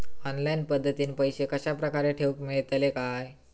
Online पद्धतीन पैसे कश्या प्रकारे ठेऊक मेळतले काय?